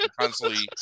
constantly